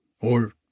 or